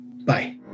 bye